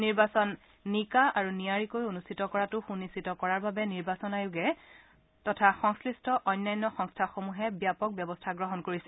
নিৰ্বাচন মুক্ত আৰু নিকাভাৱে অনুষ্ঠিত কৰাটো সুনিশ্চিত কৰাৰ বাবে নিৰ্বাচন আয়োগ আৰু সংশ্লিষ্ট অন্যান্য সংস্থাসমূহে ব্যাপক ব্যৱস্থা গ্ৰহণ কৰিছে